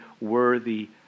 worthy